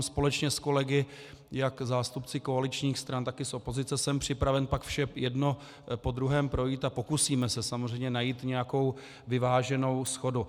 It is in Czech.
Společně s kolegy, jak zástupci koaličních stran, tak i z opozice, jsem připraven pak vše jedno po druhém projít a pokusíme se samozřejmě najít nějakou vyváženou shodu.